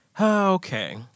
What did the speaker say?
Okay